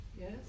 yes